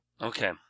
Okay